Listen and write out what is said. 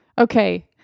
Okay